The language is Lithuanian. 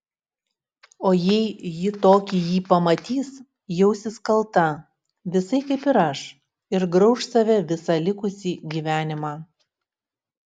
o jei ji tokį jį pamatys jausis kalta visai kaip ir aš ir grauš save visą likusį gyvenimą